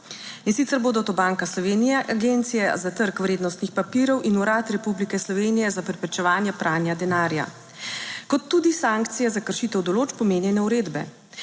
in sicer bodo to Banka Slovenije, Agencija za trg vrednostnih papirjev in Urad Republike Slovenije za preprečevanje pranja denarja, kot tudi sankcije za kršitev določb omenjene uredbe.